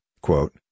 quote